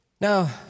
Now